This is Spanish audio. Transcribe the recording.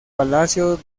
palacio